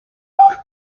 your